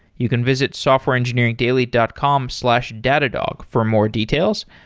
you can visit softwareengineeringdaily dot com slash datadog for more details.